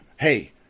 Hey